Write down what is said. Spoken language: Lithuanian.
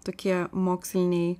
tokie moksliniai